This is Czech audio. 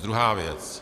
Druhá věc.